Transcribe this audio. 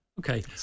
Okay